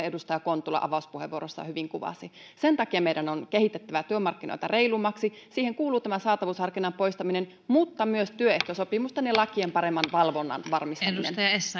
edustaja kontula avauspuheenvuorossaan hyvin kuvasi sen takia meidän on kehitettävä työmarkkinoita reilummiksi siihen kuuluu tämä saatavuusharkinnan poistaminen mutta myös työehtosopimusten ja lakien paremman valvonnan varmistaminen